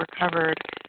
recovered